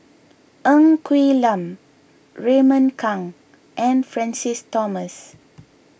Ng Quee Lam Raymond Kang and Francis Thomas